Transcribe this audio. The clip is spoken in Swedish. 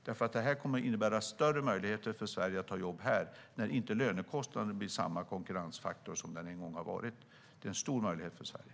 Det kommer att innebära större möjligheter för Sverige att ha jobb här när lönekostnaden inte längre är samma konkurrensfaktor som den en gång har varit. Det är en stor möjlighet för Sverige.